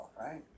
right